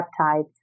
peptides